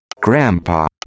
Grandpa